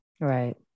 Right